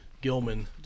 Gilman